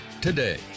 today